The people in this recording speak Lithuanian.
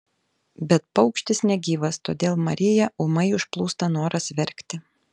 bet paukštis negyvas todėl mariją ūmai užplūsta noras verkti